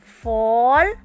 fall